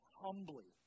humbly